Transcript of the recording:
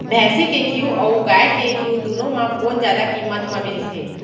भैंसी के घीव अऊ गाय के घीव दूनो म कोन जादा किम्मत म मिलथे?